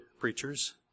preachers